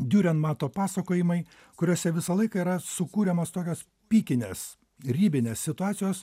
diurenmato pasakojimai kuriuose visą laiką yra sukuriamos tokios pikinės ribinės situacijos